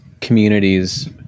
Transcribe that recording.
communities